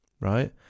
right